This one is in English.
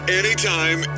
anytime